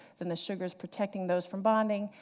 then the sugar's protecting those from bonding,